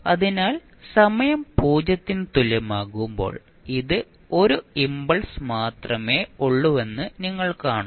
അതിനാൽ സമയം 0 ന് തുല്യമാകുമ്പോൾ ഇതിന് 1 ഇംപൾസ് മാത്രമേ ഉള്ളൂവെന്ന് നിങ്ങൾ കാണും